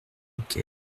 bouquet